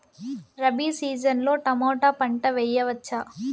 Rabi season లో tomato పంట వేయవచ్చా?